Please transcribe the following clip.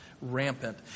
rampant